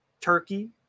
turkey